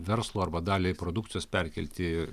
verslo arba dalį produkcijos perkelti